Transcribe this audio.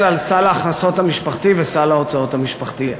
על סל ההכנסות המשפחתי וסל ההוצאות המשפחתי.